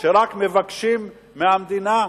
בין אלה שעושים את המוטל עליהם לבין אלה שרק מבקשים מהמדינה?